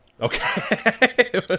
Okay